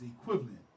equivalent